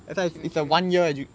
mmhmm